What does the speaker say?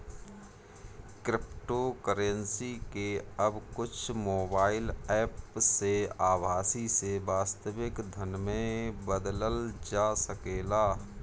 cryptocurrency के अब कुछ मोबाईल एप्प से आभासी से वास्तविक धन में बदलल जा सकेला